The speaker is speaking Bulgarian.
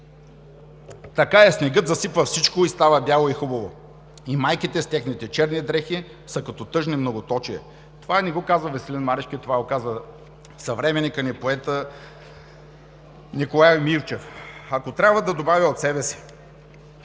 Така е! Снегът засипва всичко и става бяло и хубаво, и майките, с техните черни дрехи, са като тъжни многоточия“. Това не го казва Веселин Марешки, а това го казва съвременникът ни – поетът Николай Мирчев. Ако трябва, да добавя от себе си: